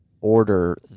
order